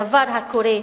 דבר הקורה,